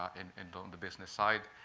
and and on the business side.